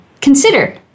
consider